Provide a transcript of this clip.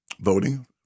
voting